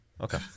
Okay